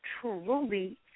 truly